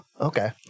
okay